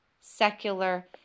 secular